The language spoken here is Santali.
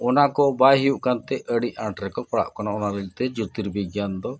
ᱚᱱᱟ ᱠᱚ ᱵᱟᱭ ᱦᱩᱭᱩᱜ ᱠᱟᱱᱛᱮ ᱟᱹᱰᱤ ᱟᱸᱴ ᱨᱮᱠᱚ ᱯᱟᱲᱟᱣᱚᱜ ᱠᱟᱱᱟ ᱚᱱᱟ ᱢᱮᱱᱛᱮ ᱡᱚᱛᱤᱨᱵᱤᱜᱽᱜᱟᱱ ᱫᱚ